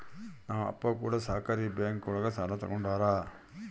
ನಮ್ ಅಪ್ಪ ಕೂಡ ಸಹಕಾರಿ ಬ್ಯಾಂಕ್ ಒಳಗ ಸಾಲ ತಗೊಂಡಾರ